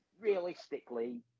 realistically